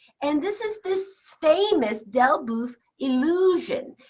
and this is this famous delboeuf illusion.